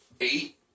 Eight